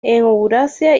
eurasia